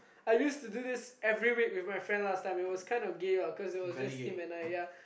I used to do this every week with my friend lah it was kind of gay cause it was just him and I yea